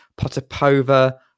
Potapova